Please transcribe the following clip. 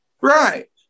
Right